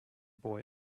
boy